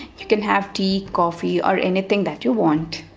you can have tea coffee or anything that you want.